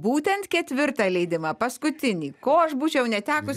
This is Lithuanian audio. būtent ketvirtą leidimą paskutinį ko aš būčiau netekus